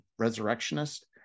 Resurrectionist